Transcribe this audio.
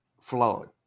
flawed